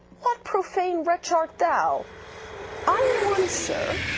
what profane wretch art thou i am one, sir,